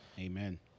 Amen